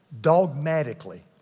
dogmatically